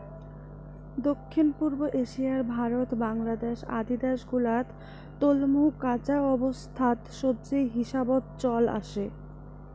দক্ষিণ পুব এশিয়ার ভারত, বাংলাদ্যাশ আদি দ্যাশ গুলাত তলমু কাঁচা অবস্থাত সবজি হিসাবত চল আসে